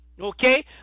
Okay